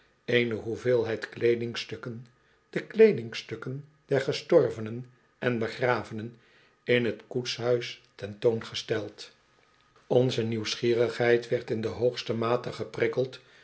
eene hoeveelheid kleedingstukken de kleedingstukken der gestorvenen en begravenen in t koetshuis ten toon gesteld onze nieuwsgierigheid werd in de hoogste mate geprikkeld